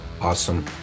awesome